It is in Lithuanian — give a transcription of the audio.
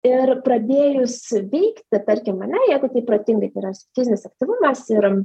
ir pradėjus veikti tarkim ane jeigu taip protingai tai yra fizinis aktyvumas ir